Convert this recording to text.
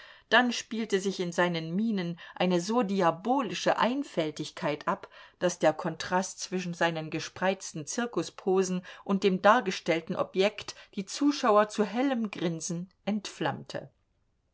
dann spielte sich in seinen mienen eine so diabolische einfältigkeit ab daß der kontrast zwischen seinen gespreizten zirkusposen und dem dargestellten objekt die zuschauer zu hellem grinsen entflammte